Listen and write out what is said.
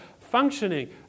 functioning